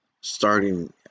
starting